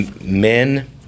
men